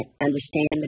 understand